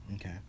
Okay